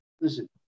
listen